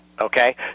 okay